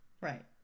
Right